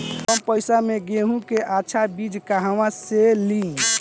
कम पैसा में गेहूं के अच्छा बिज कहवा से ली?